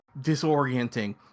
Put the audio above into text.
disorienting